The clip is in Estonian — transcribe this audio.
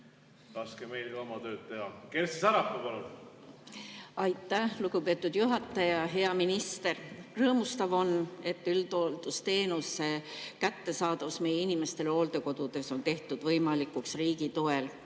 Laske meil ka oma tööd teha. Kersti Sarapuu, palun! Aitäh, lugupeetud juhataja! Hea minister! Rõõmustav on, et üldhooldusteenuse kättesaadavus meie inimestele hooldekodudes on tehtud võimalikuks riigi toel.